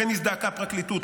לכן הזדעקה הפרקליטות,